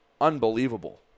unbelievable